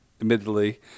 admittedly